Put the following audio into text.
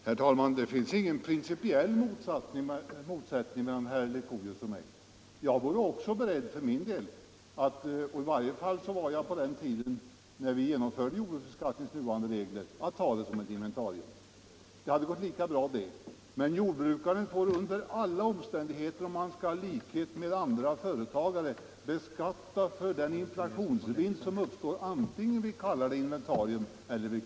Herr talman! Det finns ingen principiell motsättning mellan herr Leuchovius och mig. Jag skulle också kunna vara beredd — i varje fall var jag det på den tiden då vi genomförde jordbruksbeskattningens nuvarande regler — att betrakta djur som inventarier. Det kan gå lika bra. Men jordbrukaren får under alla omständigheter, om han skall vara likställd med andra företagare, skatta för den inflationsvinst som uppstår, oavsett om vi kallar det inventarier eller lager.